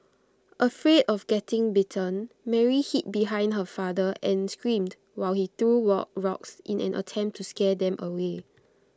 afraid of getting bitten Mary hid behind her father and screamed while he threw work rocks in an attempt to scare them away